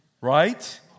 Right